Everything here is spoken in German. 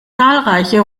zahlreiche